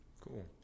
Cool